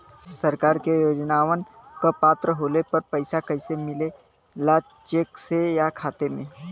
सरकार के योजनावन क पात्र होले पर पैसा कइसे मिले ला चेक से या खाता मे?